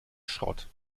schrott